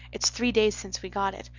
it's three days since we got it.